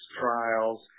trials